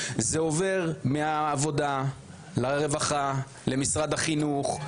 זה עובר מהעבודה לרווחה למשרד החינוך,